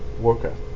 Warcraft